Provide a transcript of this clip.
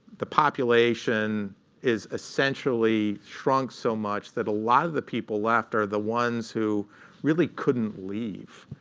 the population is essentially shrunk so much that a lot of the people left are the ones who really couldn't leave.